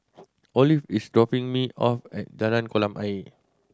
Olive is dropping me off at Jalan Kolam Ayer